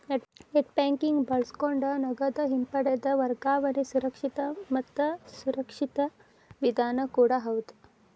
net banking ಬಳಸಕೊಂಡ ನಗದ ಹಿಂಪಡೆದ ವರ್ಗಾವಣೆ ಸುರಕ್ಷಿತ ಮತ್ತ ಸುರಕ್ಷಿತ ವಿಧಾನ ಕೂಡ ಹೌದ್